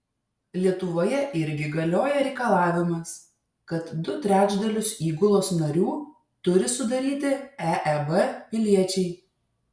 lietuvoje irgi galioja reikalavimas kad du trečdalius įgulos narių turi sudaryti eeb piliečiai